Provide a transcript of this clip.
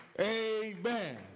amen